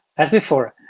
as before,